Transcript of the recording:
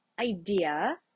idea